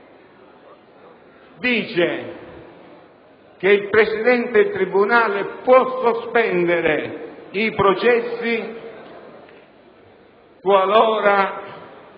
che il Presidente del tribunale può sospendere i processi qualora